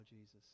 Jesus